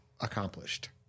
accomplished